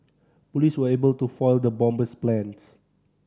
police were able to foil the bomber's plans